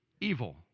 evil